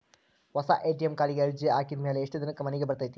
ಹೊಸಾ ಎ.ಟಿ.ಎಂ ಕಾರ್ಡಿಗೆ ಅರ್ಜಿ ಹಾಕಿದ್ ಮ್ಯಾಲೆ ಎಷ್ಟ ದಿನಕ್ಕ್ ಮನಿಗೆ ಬರತೈತ್ರಿ?